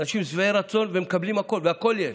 האנשים שבעי רצון ומקבלים הכול, והכול יש.